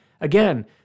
again